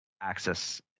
access